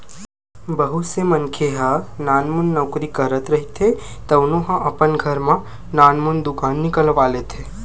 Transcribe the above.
बहुत से मनखे ह नानमुन नउकरी करत रहिथे तउनो ह अपन घर म नानमुन दुकान निकलवा लेथे